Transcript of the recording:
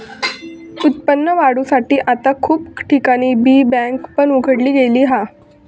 उत्पन्न वाढवुसाठी आता खूप ठिकाणी बी बँक पण उघडली गेली हा